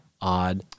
odd